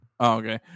okay